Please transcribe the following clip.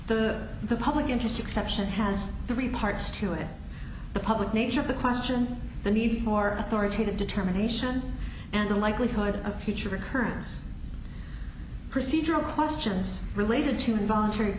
the the public interest exception has three parts to it the public nature of the question the need for florida determination and the likelihood of a future recurrence procedural questions related to involuntary